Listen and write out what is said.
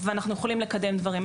ואנחנו יכולים לקדם דברים.